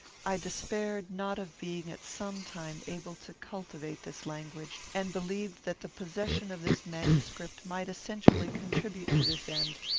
i despaired not of being at some time able to cultivate this language, and believed that the possession of this manuscript might essentially contribute to this end,